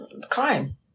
Crime